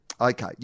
okay